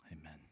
amen